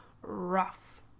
rough